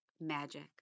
magic